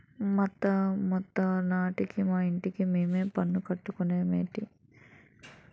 మాతాత ముత్తాతలనాటి మా ఇంటికి మేం పన్ను కట్టడ మేటి